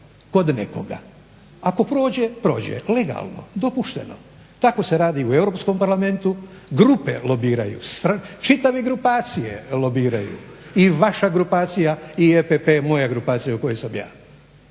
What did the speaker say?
kod nekoga. Ako prođe, prođe. Legalno, dopušteno. Tako se radi i u Europskom parlamentu. Grupe lobiraju, čitave grupacije lobiraju. I vaša grupacija i EPP moja grupacija u kojoj sam ja.